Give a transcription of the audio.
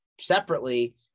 separately